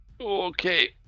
okay